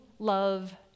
love